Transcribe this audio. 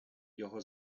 його